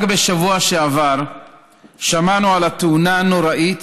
רק בשבוע שעבר שמענו על התאונה הנוראית,